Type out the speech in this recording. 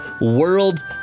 World